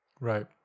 Right